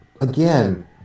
again